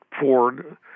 Ford